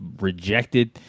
rejected